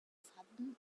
southern